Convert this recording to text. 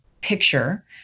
picture